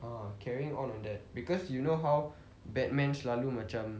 oh carrying on with that because you know how batman selalu macam